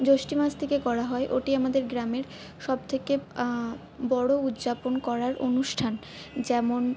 জ্যৈষ্ঠ মাস থেকে করা হয় ওটি আমাদের গ্রামের সবথেকে বড় উদ্যাপন করার অনুষ্ঠান যেমন